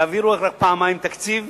יעבירו רק פעמיים תקציב